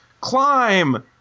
climb